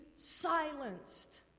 silenced